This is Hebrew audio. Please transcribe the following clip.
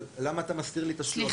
למה אתה מסתיר לי 300 מיליון.